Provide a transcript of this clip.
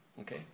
Okay